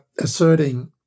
asserting